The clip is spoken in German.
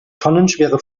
tonnenschwere